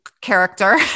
character